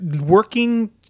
working